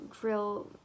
drill